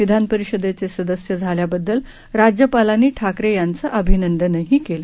विधानपरिषदेचे सदस्य झाल्याबद्दल राज्यपालांनी ठाकरे यांचं अभिनंदनही केलं